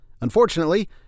Unfortunately